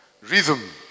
rhythm